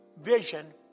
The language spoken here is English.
vision